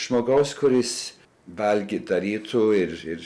žmogaus kuris valgyt darytų ir ir